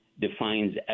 defines